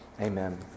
Amen